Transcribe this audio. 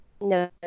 No